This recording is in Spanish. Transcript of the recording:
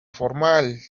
formal